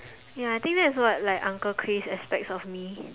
ya I think that's what like uncle Chris expects of me